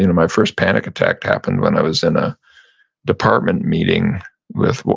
you know my first panic attack happened when i was in a department meeting with,